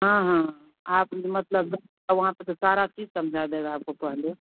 हाँ हाँ हाँ आप मतलब वहाँ पर तो सारा चीज समझा देगा आपको पहले